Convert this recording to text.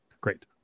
great